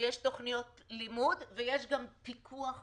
שיש תוכניות לימוד ויש פיקוח מסודר.